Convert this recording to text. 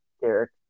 Derek